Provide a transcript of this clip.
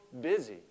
busy